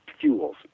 fuels